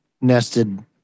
nested